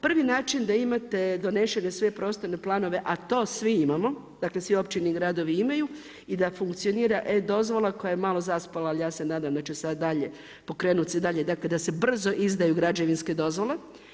Prvi način da imate donesene sve prostorne planove a to svi imamo, dakle sve općine i gradovi imaju i da funkcionira e-dozvola koja je malo zaspala ali ja se nadam da će sada dalje pokrenuti se dalje, dakle da se brzo izdaju građevinske dozvole.